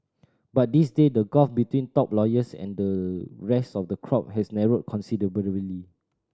but these day the gulf between top lawyers and the rest of the crop has narrowed considerably